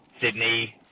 Sydney